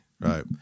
right